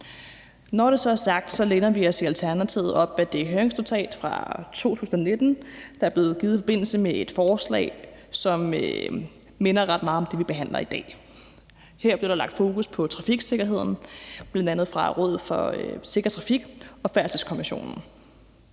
Når det så er sagt, læner vi os i Alternativet op ad det høringsnotat fra 2019, der blev givet i forbindelse med et forslag, som minder ret meget om det, vi behandler i dag. Her blev der fokuseret på trafiksikkerheden, bl.a. af Rådet for Sikker Trafik og Færdselskommissionen.